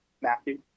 Matthew